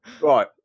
Right